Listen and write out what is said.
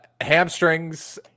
Hamstrings